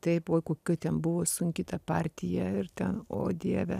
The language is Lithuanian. taip oi kokioj ten buvo sunki ta partija ir ten o dieve